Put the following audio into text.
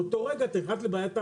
באותו רגע אתה נכנס לבעיית האבקה.